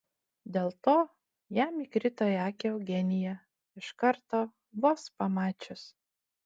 dėl to jam įkrito į akį eugenija iš karto vos pamačius